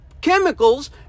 chemicals